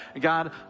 God